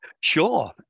sure